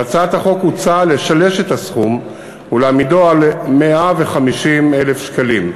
בהצעת החוק הוצע לשלש את הסכום ולהעמידו על 150,000 שקלים.